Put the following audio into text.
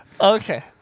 Okay